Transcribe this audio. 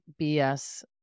BS